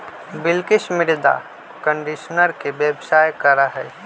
बिलकिश मृदा कंडीशनर के व्यवसाय करा हई